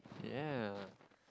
yeah